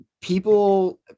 people